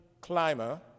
climber